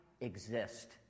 exist